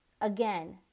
again